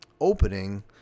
opening